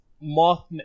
Moth